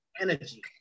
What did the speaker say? energy